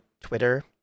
Twitter